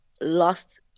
lost